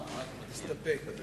מסתפק.